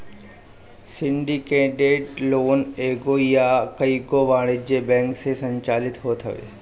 syndicated loan एगो या कईगो वाणिज्यिक बैंक से संचालित होत हवे